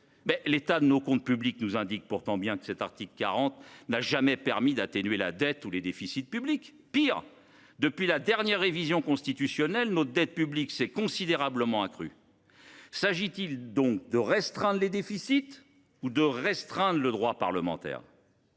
L’état de nos comptes publics nous indique pourtant bien que l’article 40 n’a jamais permis d’atténuer la dette ou les déficits publics. Pis, depuis la dernière révision constitutionnelle, notre dette publique s’est considérablement accrue. S’agit il donc de restreindre les déficits ou le droit parlementaire ?